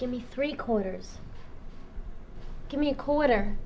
give me three quarters give me a quarter